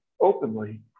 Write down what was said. openly